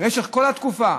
במשך כל התקופה?